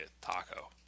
Taco